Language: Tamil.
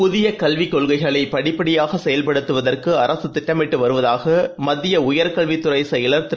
புதிய கல்விக் கொள்கைளை படிப்படியாக செயல்படுத்துவதற்கு அரசு திட்டமிட்டடு வருவதாக மத்திய உயர்கல்வித் துறை செயலர் திரு